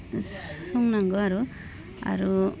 संनांगौ आरो आरो